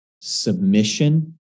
submission